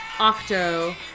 Octo